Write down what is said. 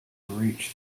reach